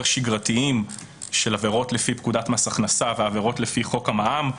שגרתיים של עבירות לפי פקודת מס הכנסה ועבירות לפי חוק המע"מ.